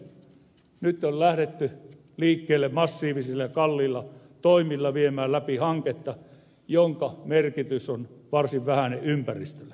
nyt on lähdetty liikkeelle massiivisilla ja kalliilla toimilla viemään läpi hanketta jonka merkitys on varsin vähäinen ympäristölle